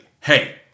hey